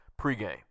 pregame